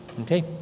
Okay